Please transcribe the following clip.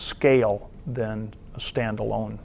scale than a standalone